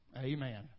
Amen